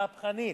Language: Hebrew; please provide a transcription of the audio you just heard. מהפכנית.